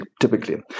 typically